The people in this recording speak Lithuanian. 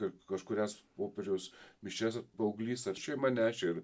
per kažkurias popiežiaus mišias paauglys ar šeima nešė ir